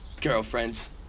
girlfriends